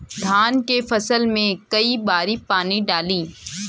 धान के फसल मे कई बारी पानी डाली?